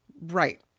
Right